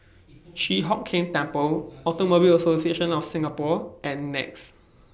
Chi Hock Keng Temple Automobile Association of The Singapore and Nex